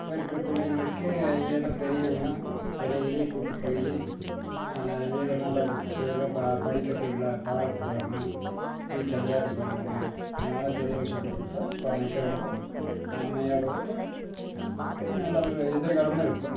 இப்போ இருக்கிற பிள்ளைகளுக்கு ஏதோ பெரியவங்கள் வெளியே கிளியே கூப்பிட்டுப் போய் ஏதோ நல்ல புக்ஸ்ஸு படிக்கறதில்லை பாடப் புத்தகங்கள் வீட்டில் விளையாட்டு பொருளுங்கள் இந்தமாதிரி பெரியவங்கள் சொல்லி கொடுத்தா கொழந்தைங்க ரொம்ப நன்மையாகவும் இருக்கும் நல்ல ஒரு எதிர்காலமும் இருக்கும்